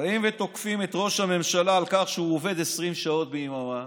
באים ותוקפים את ראש הממשלה על כך שהוא עובד 20 שעות ביממה,